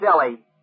silly